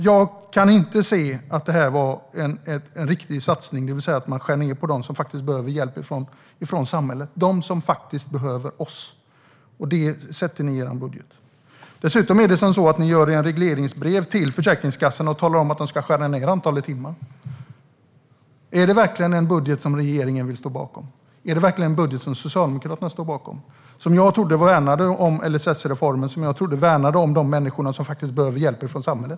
Jag kan inte se att det var en riktig satsning att skära ned på dem som behöver hjälp av samhället - de som behöver oss. Det gör ni i er budget, Niklas Karlsson. I regleringsbrevet till Försäkringskassan talar ni dessutom om att de ska skära ned antalet timmar. Är detta verkligen en budget som regeringen vill stå bakom - en budget som Socialdemokraterna vill stå bakom? Jag trodde att ni värnade om LSS-reformen och de människor som behöver hjälp från samhället.